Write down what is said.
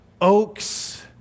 Oaks